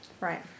Right